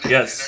Yes